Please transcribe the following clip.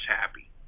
happy